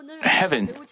heaven